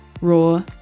raw